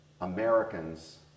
Americans